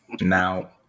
now